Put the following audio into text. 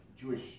Jewish